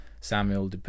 Samuel